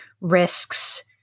risks